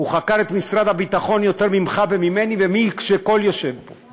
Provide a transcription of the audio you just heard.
הוא חקר את משרד הביטחון יותר ממך וממני ומכל מי שיושב פה,